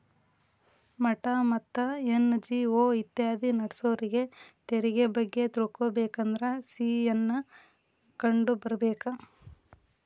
ಮಠಾ ಮತ್ತ ಎನ್.ಜಿ.ಒ ಇತ್ಯಾದಿ ನಡ್ಸೋರಿಗೆ ತೆರಿಗೆ ಬಗ್ಗೆ ತಿಳಕೊಬೇಕಂದ್ರ ಸಿ.ಎ ನ್ನ ಕಂಡು ಬರ್ಬೇಕ